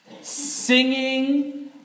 singing